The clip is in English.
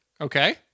Okay